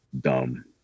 dumb